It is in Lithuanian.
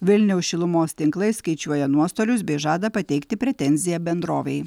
vilniaus šilumos tinklai skaičiuoja nuostolius bei žada pateikti pretenziją bendrovei